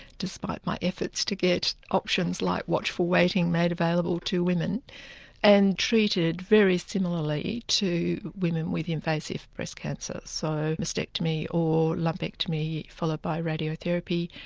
despite my efforts to get options like watchful waiting made available to women women and treated very similarly to women with invasive breast cancer. so mastectomy or lumpectomy, followed by radiotherapy.